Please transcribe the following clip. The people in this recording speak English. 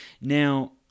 Now